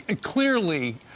clearly